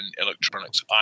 electronics